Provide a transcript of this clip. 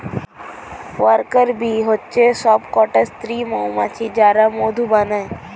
worker bee হচ্ছে সবকটা স্ত্রী মৌমাছি যারা মধু বানায়